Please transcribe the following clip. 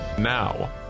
Now